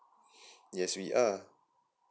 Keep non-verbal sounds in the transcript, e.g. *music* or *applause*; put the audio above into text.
*breath* yes we are